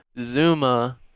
Zuma